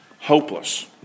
hopeless